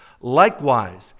Likewise